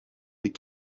des